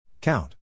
Count